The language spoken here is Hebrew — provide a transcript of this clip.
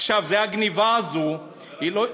חבר הכנסת חאג' יחיא,